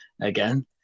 again